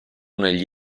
negli